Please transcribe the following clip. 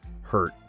Hurt